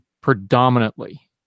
predominantly